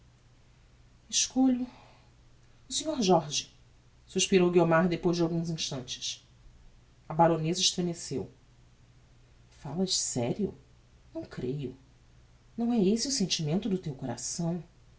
escolho o sr jorge suspirou guiomar depois de alguns instantes a baroneza estremeceu falas serio não creio não é esse o sentimento do teu coração